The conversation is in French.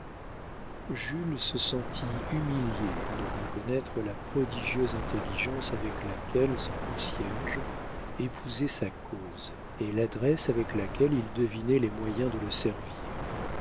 jules se sentit humilié de reconnaître la prodigieuse intelligence avec laquelle son concierge épousait sa cause et l'adresse avec laquelle il devinait les moyens de le servir